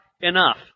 enough